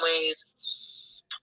ways